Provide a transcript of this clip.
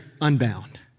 unbound